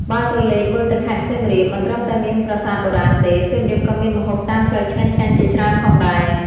បើក្រឡេកមើលទៅខេត្តសៀមរាប មិនត្រឹមតែមានប្រាសាទបុរាណទេ សៀមរាបក៏មានម្ហូបតាមផ្លូវឆ្ងាញ់ៗជាច្រើនផងដែរ ។